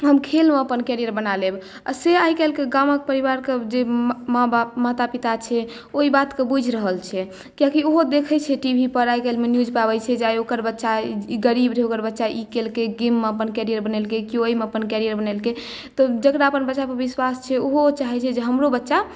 तऽ हम खेलमे अपन कैरियर बना लेब आ से आइ काल्हिके गामक परिवारके जे माँ बाप माता पिता छी ओहि बातकेँ बुझि रहल छै कियाकि ओहो देखै छै टीवी पर आइ काल्हि मे न्युज पर आबै छै जे आइ ओकर बच्चा ई गरीब रहै ओकर बच्चा ई कयलकै गेम मे अपन कैरियर बनेलकै केओ ओहिमे अपन कैरियर बनेलकै तऽ जकरा अपन बच्चा पर विश्वास छै ओहो चाहैत छै हमरो बच्चा